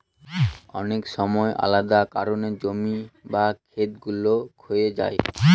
অনেক সময় আলাদা কারনে জমি বা খেত গুলো ক্ষয়ে যায়